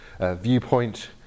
viewpoint